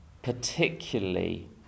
Particularly